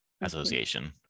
association